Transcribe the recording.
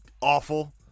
awful